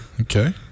Okay